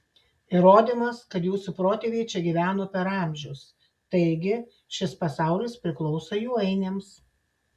įrodymas kad jūsų protėviai čia gyveno per amžius taigi šis pasaulis priklauso jų ainiams